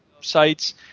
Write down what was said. sites